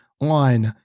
on